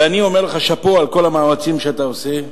ואני אומר לך "שאפו" על כל המאמצים שאתה עושה,